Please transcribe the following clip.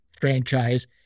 franchise